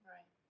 Right